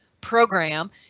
program